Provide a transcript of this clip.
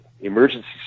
Emergency